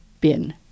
bin